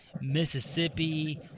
Mississippi